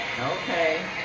Okay